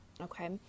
Okay